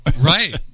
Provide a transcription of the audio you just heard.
right